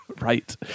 right